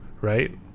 right